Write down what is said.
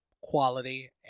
quality